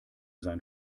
sein